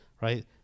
Right